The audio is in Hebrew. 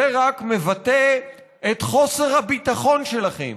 זה רק מבטא את חוסר הביטחון שלכם